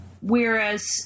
whereas